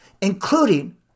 including